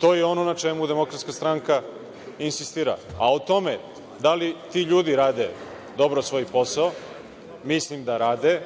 To je ono na čemu DS insistira. O tome da li ti ljudi rade dobro svoj posao, mislim da rade,